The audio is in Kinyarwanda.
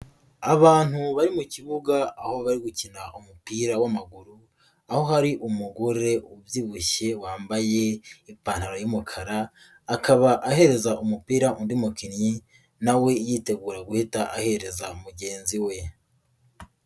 Abantu bari mu kibuga aho bari gukina umupira w'amaguru, aho hari umugore ubyibushye wambaye ipantaro y'umukara, akaba ahereza umupira undi mukinnyi nawe yitegura guhita ahereza mugenzi we.